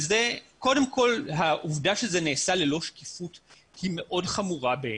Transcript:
קודם כל העובדה שזה נעשה ללא שקיפות היא מאוד חמורה בעינינו.